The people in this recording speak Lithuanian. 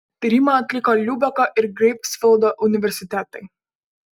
tyrimą atliko liubeko ir greifsvaldo universitetai